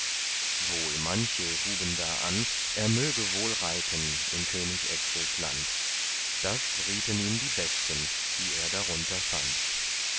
wohl manche huben da an er möge wohl reiten in könig etzels land das rieten ihm die besten die er darunter fand